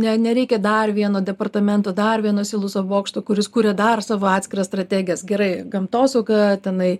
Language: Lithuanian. ne nereikia dar vieno departamento dar vieno siloso bokšto kuris kuria dar savo atskiras strategijas gerai gamtosauga tenai